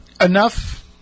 enough